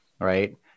Right